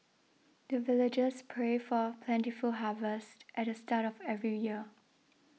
the villagers pray for plentiful harvest at the start of every year